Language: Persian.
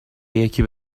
یکی